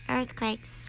Earthquakes